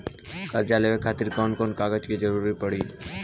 कर्जा लेवे खातिर कौन कौन कागज के जरूरी पड़ी?